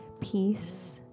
peace